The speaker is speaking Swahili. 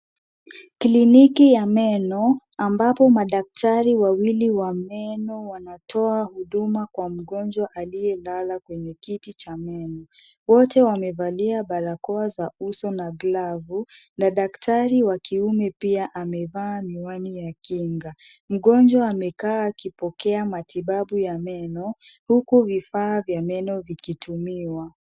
Kliniki ya meno ambapo madaktari wawili wa meno wanatoa huduma kwa mgonjwa aliyelala kwenye kiti cha meno. Wote wamevalia barakoa za uso na glavu na daktari wa kiume pia amevaa miwani ya kinga. Mgonjwa amekaa akipokea matibabu ya meno, huku vifaa vya meno vikitumiwa.